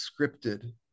scripted